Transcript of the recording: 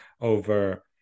over